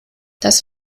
das